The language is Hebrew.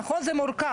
נכון זה מורכב,